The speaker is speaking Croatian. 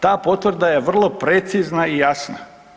Ta potvrda je vrlo precizna i jasna.